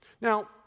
Now